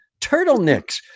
turtlenecks